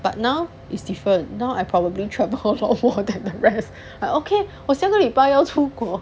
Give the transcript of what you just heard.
but now is different now I probably travel a lot more than the rest but okay 我下个礼拜要出国